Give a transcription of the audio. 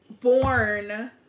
Born